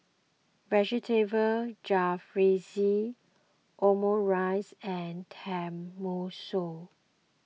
Vegetable Jalfrezi Omurice and Tenmusu